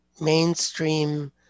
mainstream